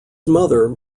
mother